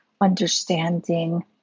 understanding